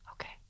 okay